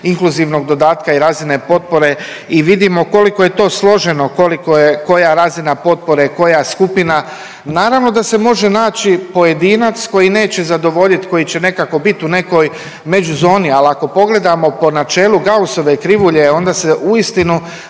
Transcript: inkluzivnog dodatka i razine potpore i vidimo koliko je to složeno, koliko je koja razina potpore, koja skupina, naravno da se može naći pojedinac koji neće zadovoljiti, koji će nekako biti u nekoj međuzoni, ali ako pogledamo po načelu Gausove krivulje onda se uistinu